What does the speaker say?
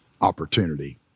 opportunity